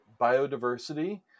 biodiversity